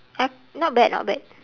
I not bad not bad